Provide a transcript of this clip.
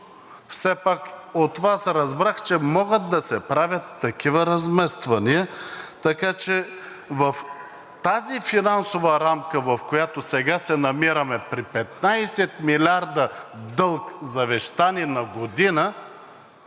все пак от Вас разбрах, че могат да се правят такива размествания. Така че в тази финансова рамка, в която сега се намираме, при 15 милиарда дълг, завещани на година,